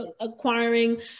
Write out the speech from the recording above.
acquiring